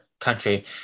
country